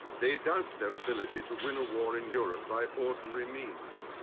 they doubt their ability to win a war in europe by ordinary means.